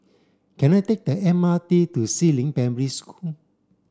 can I take the M R T to Si Ling Primary School